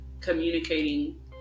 communicating